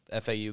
FAU